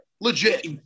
Legit